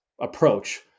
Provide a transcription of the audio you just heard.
approach